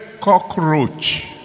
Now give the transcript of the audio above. cockroach